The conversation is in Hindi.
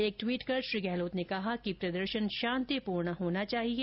एक ट्वीट कर श्री गहलोत ने कहा कि प्रदर्शन शांतिपूर्ण होना चाहिए